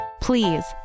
Please